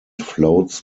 floats